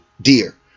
dear